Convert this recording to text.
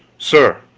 sir,